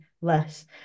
less